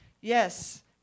Yes